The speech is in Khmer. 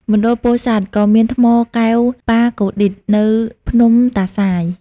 មណ្ឌលពោធិសាត់ ក៏មានថ្មកែវប៉ាកូឌីត នៅភ្នំតាសាយ។